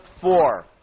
four